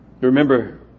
Remember